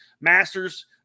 Masters